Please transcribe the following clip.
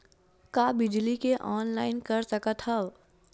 का बिजली के ऑनलाइन कर सकत हव?